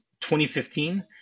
2015